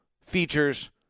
features